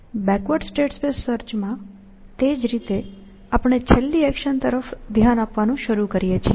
backward state space સર્ચમાં તે જ રીતે આપણે છેલ્લી એક્શન તરફ ધ્યાન આપવાનું શરૂ કરીએ છીએ